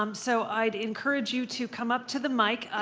um so i'd encourage you to come up to the mic,